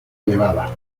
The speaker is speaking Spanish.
elevada